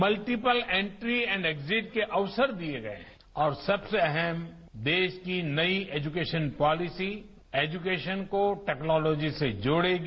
multiple entry and exit के अवसर दिये गये है और सबसे अहम देश की नई एजुकेशन पॉलिसी एजुकेशन को टैक्नोलॉजी से जोड़ेगी